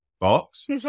box